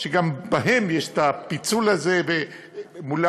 שגם בהן יש פיצול כזה,